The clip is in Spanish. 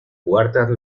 cuarta